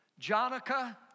Jonica